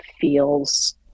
feels